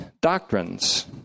doctrines